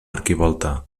arquivolta